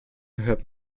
hört